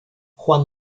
juan